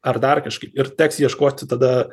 ar dar kažkaip ir teks ieškoti tada